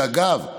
ואגב,